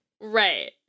right